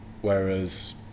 whereas